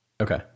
Okay